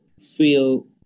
feel